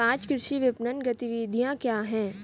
पाँच कृषि विपणन गतिविधियाँ क्या हैं?